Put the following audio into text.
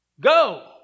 Go